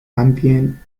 ambient